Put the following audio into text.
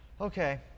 Okay